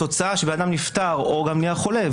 התוצאה שבן אדם נפטר או גם נהיה חולה,